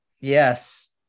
yes